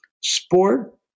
sport